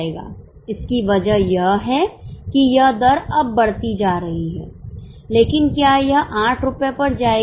यह बदल जाएगा इसकी वजह यह है कि यह दर अब बढ़ती जा रही है लेकिन क्या यह 8 रुपये पर जाएगी